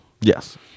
Yes